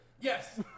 Yes